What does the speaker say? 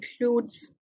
includes